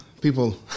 people